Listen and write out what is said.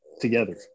together